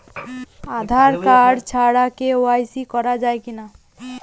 Aadhaar card ছাড়া কে.ওয়াই.সি করা যাবে কি না?